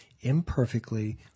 imperfectly